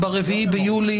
ב-4 ביולי,